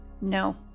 No